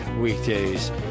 weekdays